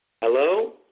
Hello